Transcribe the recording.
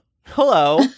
Hello